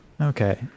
Okay